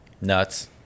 nuts